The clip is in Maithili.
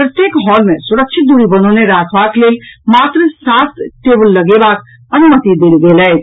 प्रत्येक हॉल मे सुरक्षित दूरी बनौने रखबाक लेल मात्र सात टेबल लगेबाक अनुमति देल गेल अछि